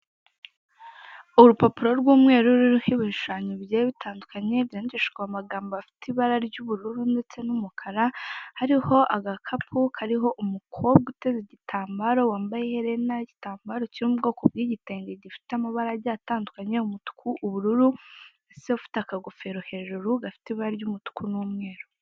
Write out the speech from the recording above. Urupapuro rw'umweru ruriho ibishushanyo bigiye bitandukanye byandikishijwe amagambo afite ibara ry'ubururu ndetse n'umukara, hariho agakapu kariho umukobwa uteruye igitambaro wambaye iherena ry'igitambaro cyo mu bwoko bw'igitenge gifite amabara agiye atandukanye, umutuku , ubururu, umusore ufite akagofero hejuru gafite ibara ry'umutuku n'umweru.